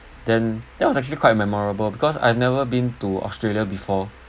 then that was actually quite memorable because I've never been to australia before